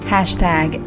Hashtag